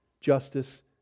Justice